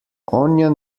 onion